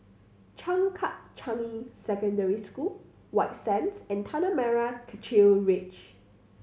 Changkat Changi Secondary School White Sands and Tanah Merah Kechil Ridge